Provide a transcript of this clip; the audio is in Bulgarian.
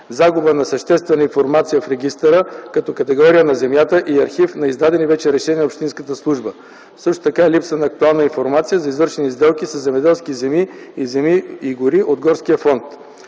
загуба на съществена информация в регистъра като категория на земята и архив на издадени вече решения от общинската служба, също така липса на актуална информация за извършени сделки със земеделски земи и земи и гори от горския фонд.